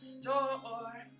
door